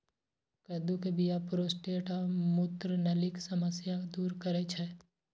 कद्दू के बीया प्रोस्टेट आ मूत्रनलीक समस्या दूर करै छै